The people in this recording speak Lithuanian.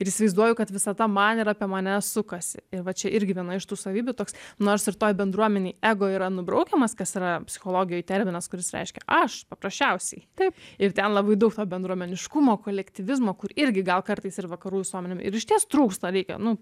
ir įsivaizduoju kad visata man yra apie mane sukasi ir va čia irgi viena iš tų savybių toks nors ir toj bendruomenėj ego yra nubraukiamas kas yra psichologijoj terminas kuris reiškia aš paprasčiausiai taip ir ten labai daug to bendruomeniškumo kolektyvizmo kur irgi gal kartais ir vakarų visuomenėm ir išties trūksta reikia nu